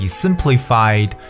simplified